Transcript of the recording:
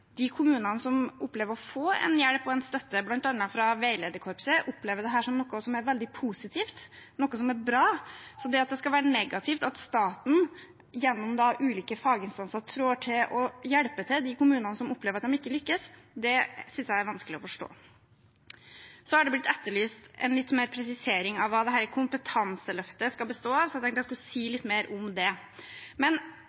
de kommunene som opplever å få hjelp og støtte bl.a. fra veilederkorpset, opplever dette som noe som er veldig positivt, noe som er bra. Så det at det skal være negativt at staten gjennom ulike faginstanser trår til og hjelper de kommunene som opplever at de ikke lykkes, synes jeg er vanskelig å forstå. Det har blitt etterlyst litt mer presisering av hva dette kompetanseløftet skal bestå av, så jeg tenkte jeg skulle si